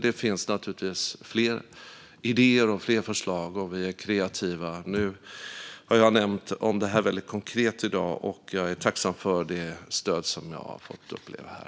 Det finns naturligtvis fler idéer och förslag om vi är kreativa. Nu har jag talat väldigt konkret om detta i dag, och jag är tacksam för det stöd jag fått uppleva här.